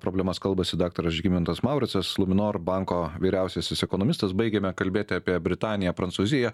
problemas kalbasi daktaras žygimantas mauricas luminor banko vyriausiasis ekonomistas baigėme kalbėti apie britaniją prancūziją